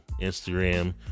Instagram